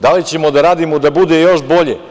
Da li ćemo da radimo da bude još bolje?